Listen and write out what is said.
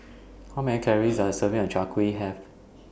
How Many Calories Does A Serving of Chai Kueh Have